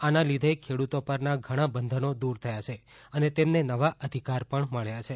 આના લીધે ખેડૂતો પરના ઘણાં બંધનોદૂર થયા છે અને તેમને નવાં અધિકાર પણ મબ્યા છે